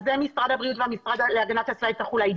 על זה משרד הבריאות ומשרד הגנת הסביבה יצטרכו להעיד.